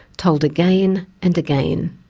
told again and again.